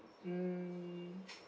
mm